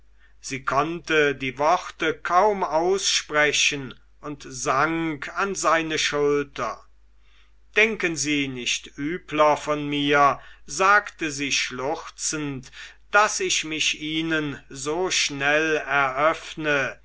sie konnte die worte kaum aussprechen und sank an seine schulter denken sie nicht übler von mir sagte sie schluchzend daß ich mich ihnen so schnell eröffne